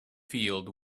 field